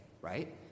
right